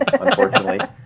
unfortunately